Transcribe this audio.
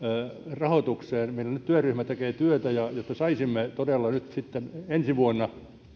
rahoitukseen meillä nyt työryhmä tekee työtä ja jotta saisimme todella nyt ensi vuonna